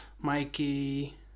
Mikey